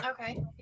Okay